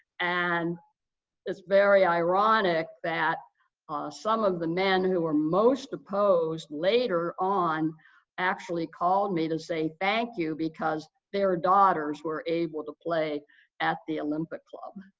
and it's very ironic that some of the men who were most opposed later on actually called me to say thank you because their daughters were able to play at the olympic club.